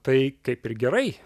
tai kaip ir gerai